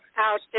Out